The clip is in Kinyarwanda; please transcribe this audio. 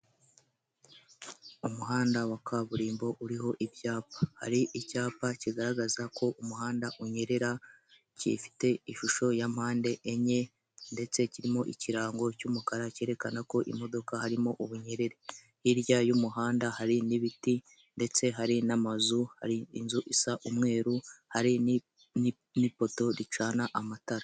Umuhanda wa kaburimbo uriho ibyapa hari icyapa kigaragaza ko umuhanda unyerera, gifite ishusho ya mpande enye ndetse kirimo ikirango cy'umukara cyerekana ko imodoka harimo ubunyerere hirya y'umuhanda hari n'ibiti ndetse hari n'amazu hari inzu isa umweru hari n'ipoto ricana amatara.